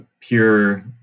pure